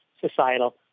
societal